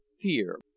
fear